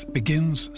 begins